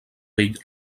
vell